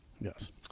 Yes